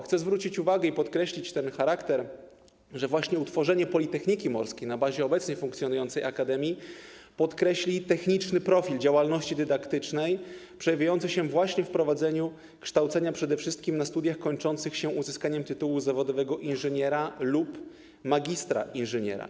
Chcę zwrócić uwagę, że właśnie utworzenie Politechniki Morskiej na bazie obecnie funkcjonującej akademii podkreśli techniczny profil działalności dydaktycznej przejawiający się właśnie w prowadzeniu kształcenia przede wszystkim na studiach kończących się uzyskaniem tytułu zawodowego inżyniera lub magistra inżyniera.